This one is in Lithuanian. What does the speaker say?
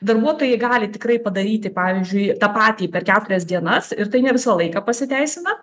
darbuotojai gali tikrai padaryti pavyzdžiui tą patį per keturias dienas ir tai ne visą laiką pasiteisina